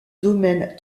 domaines